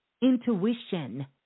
intuition